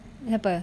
siapa